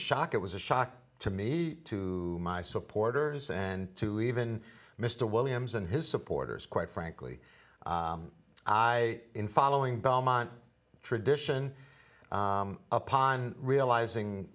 shock it was a shock to me to my supporters and to even mr williams and his supporters quite frankly i in following belmont tradition upon realizing